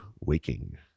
waking